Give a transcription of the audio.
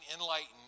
enlightened